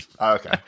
Okay